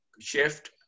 shift